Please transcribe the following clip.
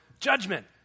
judgment